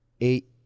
eight